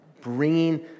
bringing